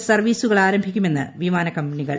കണ്ണൂർ സർവീസുകൾ ആരംഭിക്കുമെന്ന് വിമാനക്കമ്പനികൾ